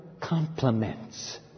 compliments